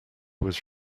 was